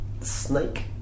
snake